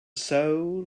soul